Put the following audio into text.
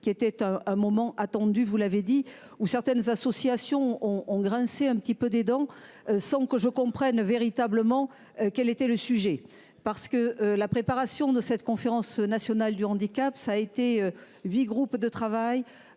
qui était un, un moment attendu, vous l'avez dit ou certaines associations ont grincé un petit peu des dents sans que je comprenne véritablement quel était le sujet parce que la préparation de cette conférence nationale du handicap. Ça a été 8 groupes de travail